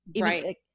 Right